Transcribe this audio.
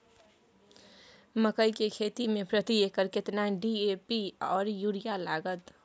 मकई की खेती में प्रति एकर केतना डी.ए.पी आर यूरिया लागत?